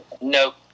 Nope